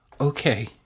Okay